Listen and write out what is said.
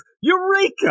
Eureka